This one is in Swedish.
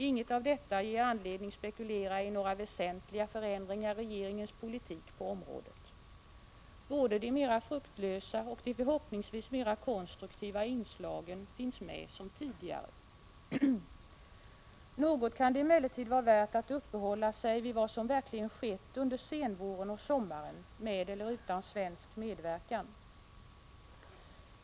Inget av detta ger anledning spekulera i några väsentliga förändringar i regeringens politik på området. Både de mera fruktlösa och de förhoppningsvis mera konstruktiva inslagen finns med som tidigare. Något kan emellertid vara värt att uppehålla sig vid vad som verkligen skett under senvåren och sommaren, med eller utan svensk medverkan.